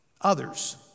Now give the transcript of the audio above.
others